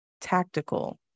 tactical